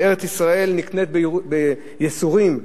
שארץ-ישראל נקנית בייסורים,